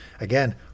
again